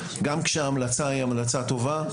גם כשההמלצה היא המלצה טובה,